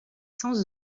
sans